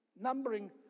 numbering